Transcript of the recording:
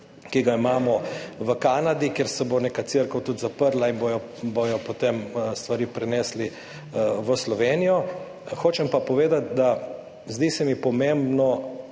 ki ga imamo v Kanadi, kjer se bo neka cerkev tudi zaprla in bodo potem stvari prenesli v Slovenijo. Hočem pa povedati, da se mi zdi pomembno